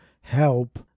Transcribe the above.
help